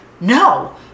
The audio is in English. no